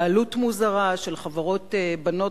בעלות מוזרה של חברות בנות,